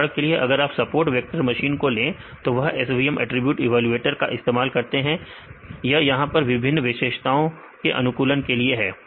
उदाहरण के लिए अगर आप सपोर्ट वेक्टर मशीन खोलें तो वह SVM अटरीब्यूट इवेलुएटर का इस्तेमाल करते हैं यह यहां पर विभिन्न विशेषताओं के अनुकूलन के लिए है